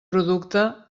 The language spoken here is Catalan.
producte